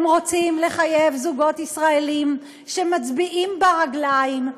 הם רוצים לחייב זוגות ישראלים שמצביעים ברגליים,